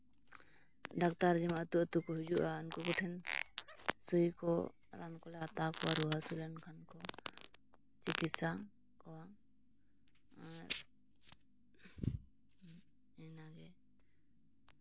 doctor ᱡᱮᱢᱚᱱ ᱟᱹᱛᱩᱼᱟᱹᱛᱩ ᱠᱚ ᱦᱤᱡᱩᱜᱼᱟ ᱩᱱᱠᱩ ᱠᱚᱴᱷᱮᱱ ᱥᱩᱭ ᱠᱚ ᱨᱟᱱ ᱠᱚᱞᱮ ᱦᱟᱛᱟᱣᱟᱠᱚᱣᱟ ᱨᱩᱣᱟᱹ ᱦᱟᱹᱥᱩ ᱞᱮᱱᱠᱷᱟᱱ ᱠᱚ ᱪᱤᱠᱤᱥᱥᱟ ᱠᱚᱣᱟ ᱟᱨ ᱤᱱᱟᱹ ᱜᱮ